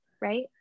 right